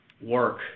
work